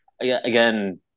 Again